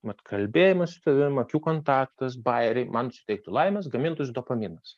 mat kalbėjimas su tavim akių kontaktas bajeriai man suteiktų laimės gamintųsi dopaminas